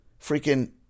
Freaking